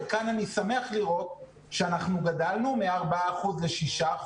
כאן אני שמח לראות שאנחנו גדלנו מ-4% ל-6%.